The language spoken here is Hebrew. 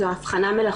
זו הבחנה מלאכותית.